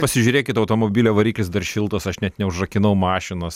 pasižiūrėkit automobilio variklis dar šiltas aš net neužrakinau mašinos